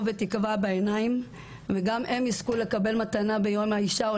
ותקווה בעיניים וגם הם יזכו לקבל מתנה ביום האישה או